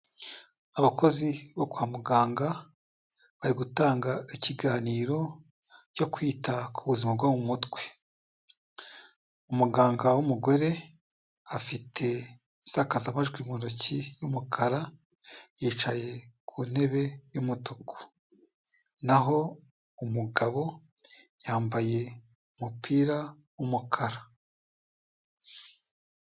Abakozi bo kwa muganga, bari gutanga ikiganiro cyo kwita ku buzima bwo mu mutwe. Umuganga w'umugore afite insakazamajwi mu ntoki y'umukara yicaye ku ntebe y'umutuku naho umugabo yambaye umupira w'umukara.